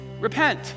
Repent